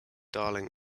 darling